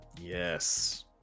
Yes